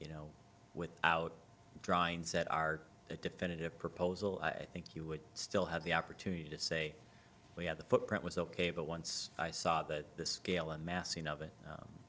you know without drawings that are a definitive proposal i think you would still have the opportunity to say we have the footprint was ok but once i saw that the scale and massing of it